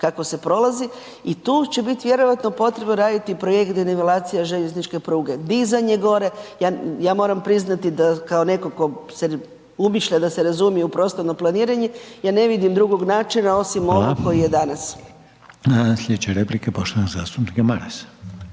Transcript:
kako se prolazi i tu će biti vjerojatno potrebno raditi projekt denivelacija željezničke pruge. Dizanje gore, ja moram priznati da kao netko tko se umišlja da se razumije u prostorno planiranje, ja ne vidim drugog načina osim ovog koji je danas. **Reiner, Željko (HDZ)** Hvala.